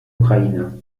ukraine